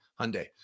Hyundai